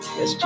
Yes